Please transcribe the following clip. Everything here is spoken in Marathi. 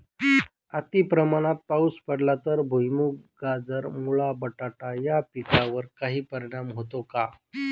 अतिप्रमाणात पाऊस पडला तर भुईमूग, गाजर, मुळा, बटाटा या पिकांवर काही परिणाम होतो का?